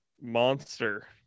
monster